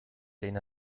lena